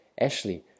Ashley